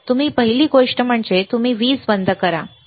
तुम्ही पहिली गोष्ट म्हणजे तुम्ही वीज बंद करा ठीक आहे